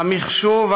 המחשוב,